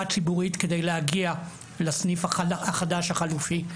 ציבורית כדי להגיע לסניף החדש החלופי,